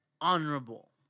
honorable